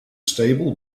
stable